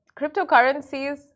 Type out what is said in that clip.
cryptocurrencies